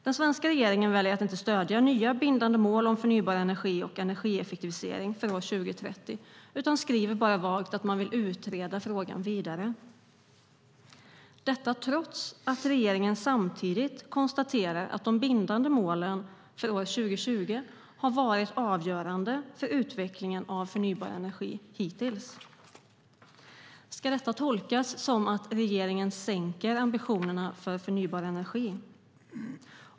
Den svenska regeringen väljer att inte stödja nya bindande mål om förnybar energi och energieffektivisering till år 2030 utan skriver bara vagt att man vill utreda frågan vidare - trots att regeringen samtidigt konstaterar att de bindande målen för år 2020 har varit avgörande för utvecklingen av förnybar energi hittills. Ska detta tolkas som att regeringen sänker ambitionerna för förnybar energi?